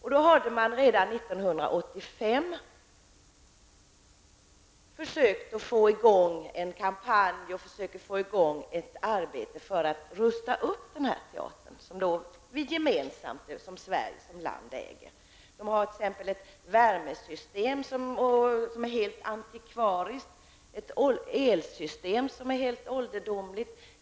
Redan 1985 försökte man på teatern få i gång en kampanj och ett arbete för att rusta upp teatern, som vi i Sverige gemensamt äger. Man har där t.ex. ett värmesystem som är helt antikvariskt och ett elsystem som är helt ålderdomligt.